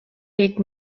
let